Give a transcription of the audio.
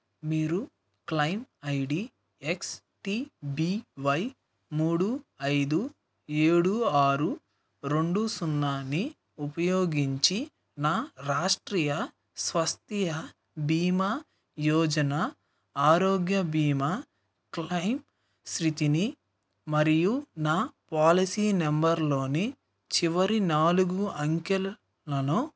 మీరు claim ID X T B Y మూడు ఐదు ఏడు ఆరు రెండు సున్నాని ఉపయోగించి నా రాష్ట్రీయ స్వాస్థ్య బీమా యోజన ఆరోగ్య బీమా క్లెయిమ్ స్థితిని మరియు నా పాలసీ నెంబర్లోని చివరి నాలుగు అంకెలను